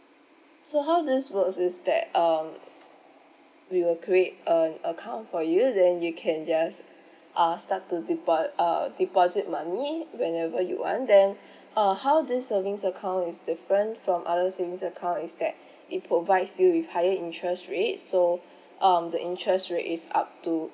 so how this works is that um we will create an account for you then you can just uh start to depo~ uh deposit money whenever you want then uh how this savings account is different from other savings account is that it provides you with higher interest rate so um the interest rate is up to